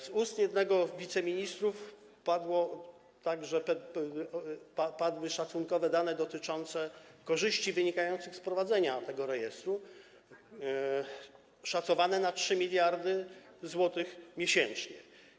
Z ust jednego z wiceministrów padły także szacunkowe dane dotyczące korzyści wynikających z wprowadzenia tego rejestru, szacowane na 3 mld zł miesięcznie.